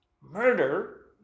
Murder